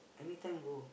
anytime go